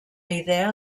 idea